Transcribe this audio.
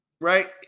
Right